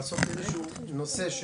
לעשות איזשהו נושא,